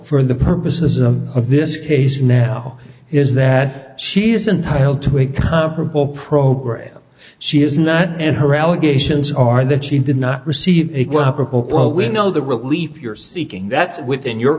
for the purposes of this case now is that she is entitled to a comparable program she is not and her allegations are that she did not receive winnow the relief you're seeking that's within your